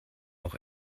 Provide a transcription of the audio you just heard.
auch